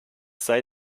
sei